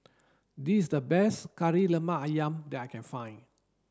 this is the best Kari Lemak Ayam that I can find